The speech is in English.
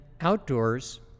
outdoors